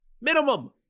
Minimum